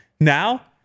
now